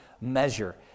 measure